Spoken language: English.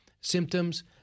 symptoms